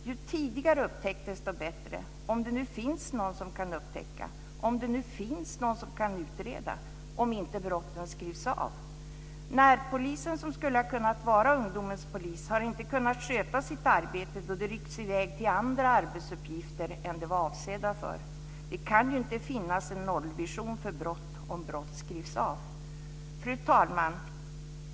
Ju tidigare upptäckt, desto bättre! Om det nu finns någon som kan upptäcka. Om det nu finns någon som kan utreda. Om inte brotten skrivs av. Närpolisen, som skulle ha kunnat vara ungdomens polis, har inte kunnat sköta sitt arbete, då de ryckts i väg till andra arbetsuppgifter än de var avsedda för. Det kan ju inte finnas en nollvision för brott om brott skrivs av.